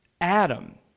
Adam